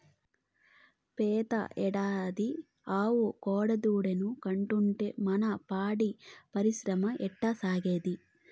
పెతీ ఏడాది ఆవు కోడెదూడనే కంటాంటే మన పాడి పరిశ్రమ ఎట్టాసాగేది